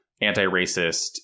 anti-racist